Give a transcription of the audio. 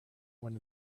one